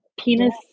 penis